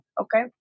okay